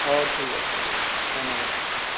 ହଉ ଠିକ୍ ଅଛି ଆଜ୍ଞା ଧନ୍ୟବାଦ